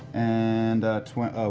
and